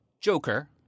Joker